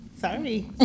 sorry